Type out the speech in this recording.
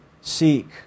seek